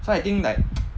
so I think like